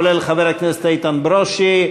כולל חבר הכנסת איתן ברושי,